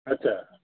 আচ্ছা